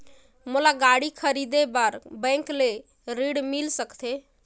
मोला गाड़ी खरीदे बार बैंक ले ऋण मिल सकथे?